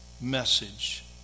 message